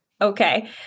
Okay